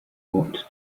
what